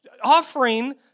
Offering